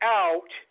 out